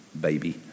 baby